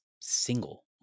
single